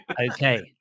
Okay